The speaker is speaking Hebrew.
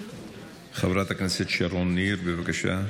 חברת הכנסת שרון ניר, בבקשה.